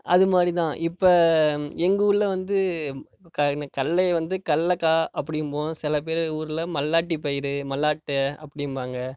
அது மாதிரி தான் இப்போ எங்கள் ஊரில் வந்து கடலய வந்து கடலக்கா அப்படிம்போம் சில பேர் ஊரில் மல்லாட்டிப் பயிர் மல்லாட்டை அப்படிம்பாங்க